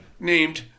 named